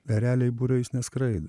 ereliai būriais neskraido